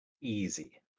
Easy